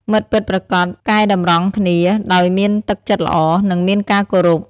មិត្តពិតប្រាកដកែតម្រង់គ្នា ដោយមានទឹកចិត្តល្អ និងមានការគោរព។